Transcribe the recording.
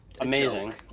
Amazing